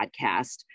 podcast